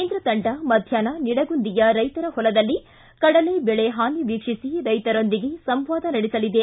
ಕೇಂದ್ರ ತಂಡ ಮಧ್ಯಾಹ್ನ ನಿಡಗುಂದಿಯ ರೈತರ ಹೊಲದಲ್ಲಿ ಕಡಲೆ ಬೆಳೆ ಹಾನಿ ವೀಕ್ಷಿಸಿ ರೈತರೊಂದಿಗೆ ಸಂವಾದ ನಡೆಸಲಿದೆ